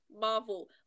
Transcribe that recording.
Marvel